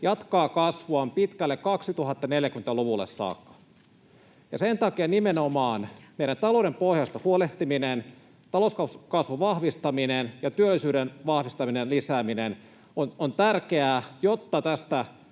jatkaa kasvuaan pitkälle 2040-luvulle saakka. Sen takia nimenomaan meidän talouden pohjasta huolehtiminen, talouskasvun vahvistaminen ja työllisyyden vahvistaminen ja lisääminen on tärkeää, jotta tästä